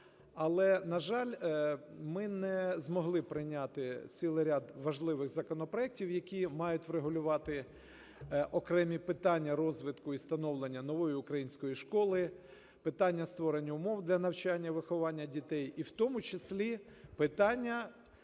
Але, на жаль, ми не змогли прийняти цілий ряд важливих законопроектів, які мають врегулювати окремі питання розвитку і становлення нової української школи, питання створення умов для навчання, виховання дітей і в тому числі питання